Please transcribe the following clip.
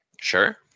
Sure